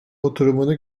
oturumunu